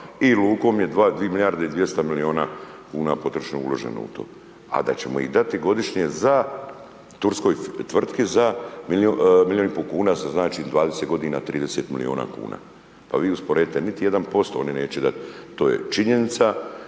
i lukom je 2 milijarde i 200 milijuna kn potrošne, uloženo u to, a da ćemo i dati godišnje za turskoj tvrtki za milijun i pol kn, što znači 20 godina, 30 milijuna kn. Pa vi usporedite, niti 1% oni neće dati, to je činjenica,